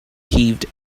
heaved